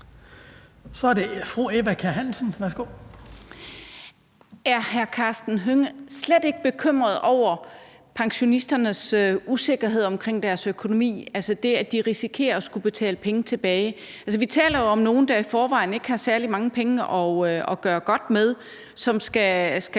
Kl. 19:25 Eva Kjer Hansen (V): Er hr. Karsten Hønge slet ikke bekymret over pensionisternes usikkerhed omkring deres økonomi, altså det, at de risikerer at skulle betale penge tilbage? Altså, vi taler jo om nogle, der i forvejen ikke har særlig mange penge at gøre godt med, og som skal